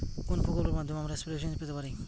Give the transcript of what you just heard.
কোন প্রকল্পের মাধ্যমে আমরা স্প্রে মেশিন পেতে পারি?